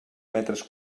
metres